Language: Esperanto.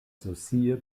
socie